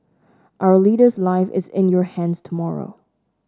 our leader's life is in your hands tomorrow